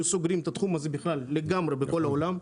סוגרים את התחום הזה בכלל לגמרי בכל העולם.